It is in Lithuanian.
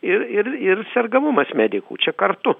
ir ir ir sergamumas medikų čia kartu